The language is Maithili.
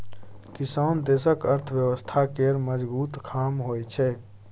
किसान देशक अर्थव्यवस्था केर मजगुत खाम्ह होइ छै